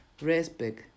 respect